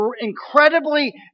incredibly